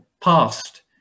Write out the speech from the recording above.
past